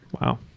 Wow